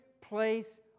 place